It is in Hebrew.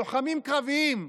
לוחמים קרביים.